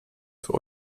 für